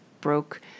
broke